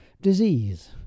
disease